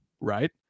right